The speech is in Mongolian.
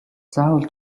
заавал